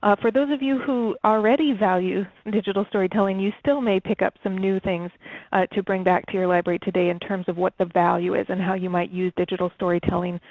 for those of you who already value digital storytelling, you still may pick up some new things to bring back to your library today in terms of what the value is, and how you might use digital storytelling,